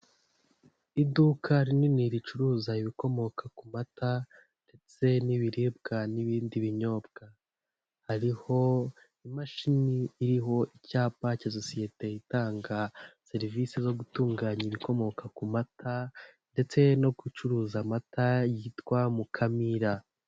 Iduka rinini ricuruza ibikomoka ku mata, ndetse n'ibiribwa n'ibindi binyobwa, hariho imashini iriho icyapa cya sosiyete itanga serivisi zo gutunganya ibikomoka ku mata, ndetse no gucuruza amata yitwa mukamira.